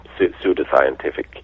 pseudoscientific